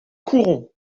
courons